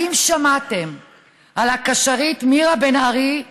האם שמעתם על הקשרית מירה בן ארי,